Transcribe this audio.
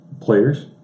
players